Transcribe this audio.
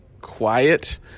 quiet